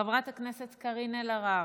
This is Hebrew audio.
חברת הכנסת קארין אלהרר,